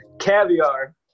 Caviar